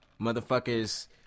Motherfuckers